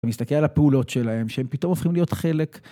ומסתכל על הפעולות שלהם שהם פתאום הופכים להיות חלק.